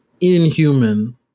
inhuman